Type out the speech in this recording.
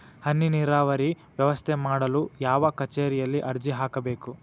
ಹನಿ ನೇರಾವರಿ ವ್ಯವಸ್ಥೆ ಮಾಡಲು ಯಾವ ಕಚೇರಿಯಲ್ಲಿ ಅರ್ಜಿ ಹಾಕಬೇಕು?